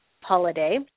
holiday